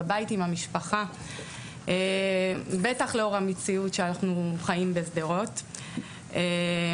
בבית עם המשפחה ובטח לאור המציאות שבה אנחנו חיים בעיר שדרות וכך